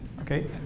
Okay